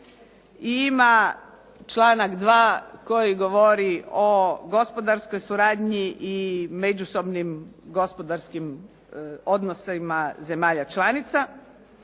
Ima članak 2. koji govori o gospodarskoj suradnji i međusobnim gospodarskim odnosima zemalja članica.